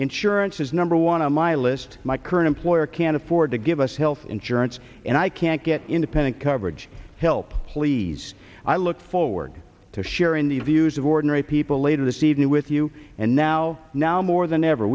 insurance is number one on my list my current employer can't afford to give us health insurance and i can't get independent coverage help please i look forward to sharing the views of ordinary people later this evening with you and now now more than ever